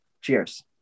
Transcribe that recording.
Cheers